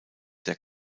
der